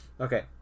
okay